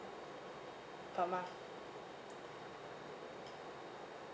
per month